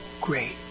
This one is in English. great